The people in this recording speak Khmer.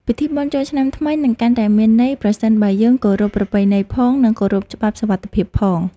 ពិធីបុណ្យចូលឆ្នាំថ្មីនឹងកាន់តែមានន័យប្រសិនបើយើងគោរពប្រពៃណីផង និងគោរពច្បាប់សុវត្ថិភាពផង។